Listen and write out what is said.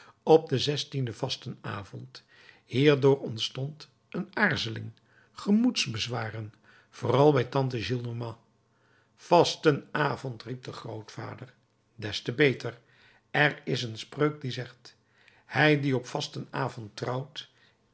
op den vastenavond hier door ontstond een aarzeling gemoedsbezwaren vooral bij tante gillenormand vastenavond riep de grootvader des te beter er is een spreuk die zegt hij die op vastenavond trouwt